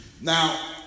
Now